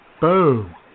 Boom